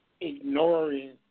ignoring